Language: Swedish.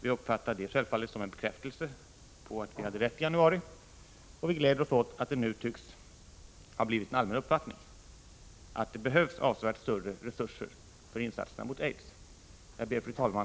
Vi uppfattar självfallet detta som en bekräftelse på att vi hade rätt i januari, och vi gläder oss åt att det nu tycks ha blivit en allmän uppfattning att det behövs avsevärt större resurser för insatserna mot aids. Fru talman!